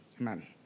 Amen